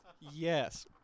Yes